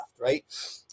right